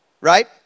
Right